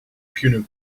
punic